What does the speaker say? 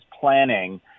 planning